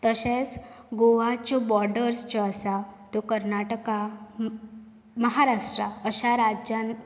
तशेंच गोवाच्यो बॉर्डर्स ज्यो आसा त्यो कर्नाटका महाराष्ट्रा अशा राज्यान